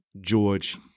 George